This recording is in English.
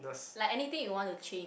like anything you want to change